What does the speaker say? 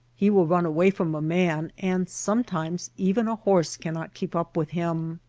he will run away from a man, and sometimes even a horse cannot keep up with him.